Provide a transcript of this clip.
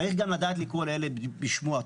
צריך גם לדעת לקרוא לילד בשמו.